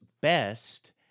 best